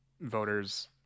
voters